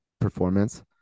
performance